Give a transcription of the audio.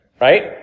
Right